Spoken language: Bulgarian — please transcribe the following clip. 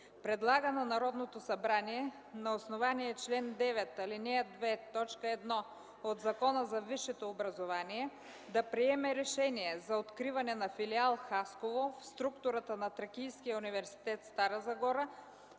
Предлага на Народното събрание на основание чл. 9, ал. 2, т. 1 от Закона за висшето образование да приеме Решение за откриване на Филиал – Хасково в структурата на Тракийския университет – Стара Загора,